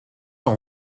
son